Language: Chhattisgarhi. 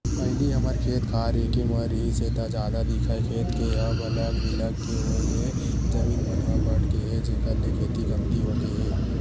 पहिली हमर खेत खार एके म रिहिस हे ता जादा दिखय खेत के अब अलग बिलग के होय ले जमीन मन ह बटगे हे जेखर ले खेती कमती होगे हे